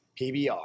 PBR